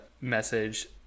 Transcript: message